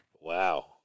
Wow